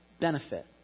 benefit